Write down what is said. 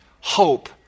hope